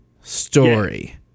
story